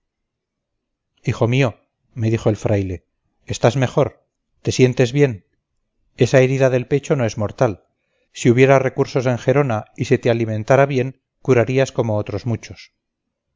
hijo mío me dijo el fraile estás mejor te sientes bien esa herida del pecho no es mortal si hubiera recursos en gerona y se te alimentara bien curarías como otros muchos